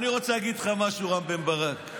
אני רוצה להגיד לך משהו, רם בן ברק,